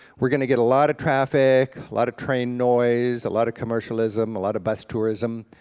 we're going to get a lot of traffic, a lot of train noise a lot of commercialism, a lot of bus tourism.